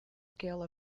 scale